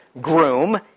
groom